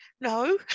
no